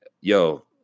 yo